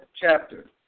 chapter